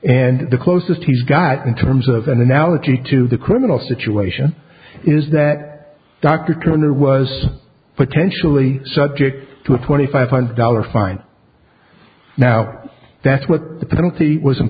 and the closest he's got in terms of analogy to the criminal situation is that dr turner was potentially subject to a twenty five hundred dollar fine now that's what the penalty was